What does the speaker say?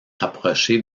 rapprochée